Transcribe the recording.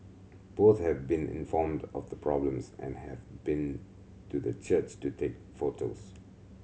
both have been informed of the problems and have been to the church to take photos